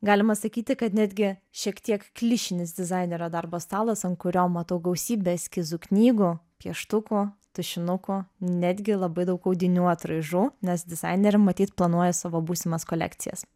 galima sakyti kad netgi šiek tiek klišinis dizainerio darbo stalas ant kurio matau gausybę eskizų knygų pieštukų tušinukų netgi labai daug audinių atraižų nes dizainerė matyt planuoja savo būsimas kolekcijas